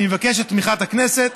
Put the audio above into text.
אני מבקש את תמיכת הכנסת,